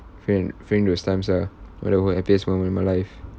feel~ feeling those times ah one of the happiest moments of my life